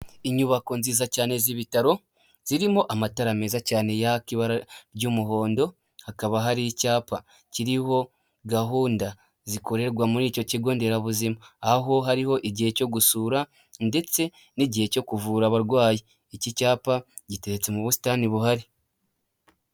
Inyubako nziza cyane z'ibitaro zirimo amatara meza cyane yaka ibara ry'umuhondo. Hakaba hari icyapa kiriho gahunda zikorerwa muri icyo kigo nderabuzima, aho hariho igihe cyo gusura ndetse n'igihe cyo kuvura abarwayi. Iki cyapa giteretse mu busitani buhari.